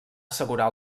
assegurar